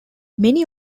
many